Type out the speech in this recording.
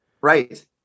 Right